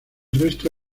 resto